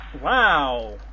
Wow